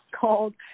called